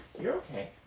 you're okay.